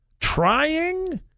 trying